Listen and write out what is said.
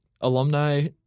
alumni